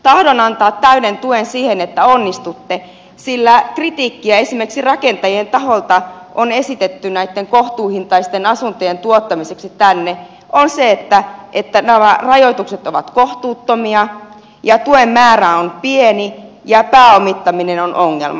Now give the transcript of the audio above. tahdon antaa täyden tuen siihen että onnistutte sillä kritiikki jota esimerkiksi rakentajien taholta on esitetty näitten kohtuuhintaisten asuntojen tuottamiseksi tänne on se että nämä rajoitukset ovat kohtuuttomia ja tuen määrä on pieni ja pääomittaminen on ongelma